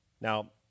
Now